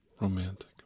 romantic